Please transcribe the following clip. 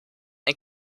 ein